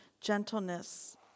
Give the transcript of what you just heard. gentleness